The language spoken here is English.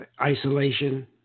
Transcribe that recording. Isolation